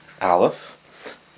Aleph